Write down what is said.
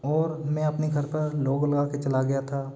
और मैं अपने घर पर लोक लगा के चला गया था